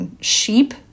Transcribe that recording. sheep